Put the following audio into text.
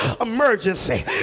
emergency